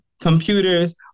computers